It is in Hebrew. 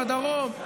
בדרום.